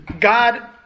God